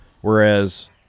Whereas